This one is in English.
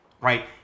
right